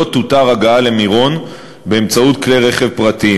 לא תותר הגעה למירון בכלי רכב פרטיים.